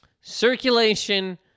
circulation